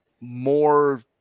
more